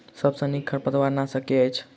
सबसँ नीक खरपतवार नाशक केँ अछि?